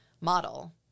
model